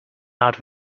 out